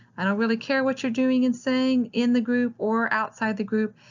i don't really care what you're doing and saying in the group or outside the group.